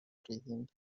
ridinda